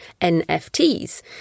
nfts